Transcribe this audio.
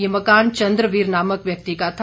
ये मकान चंद्रवीर नामक व्यक्ति का था